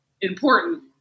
important